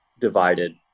divided